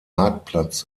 marktplatz